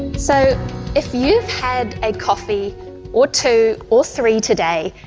so if you've had a coffee or two or three today,